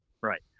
right